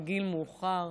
בגיל מאוחר.